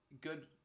good